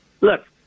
look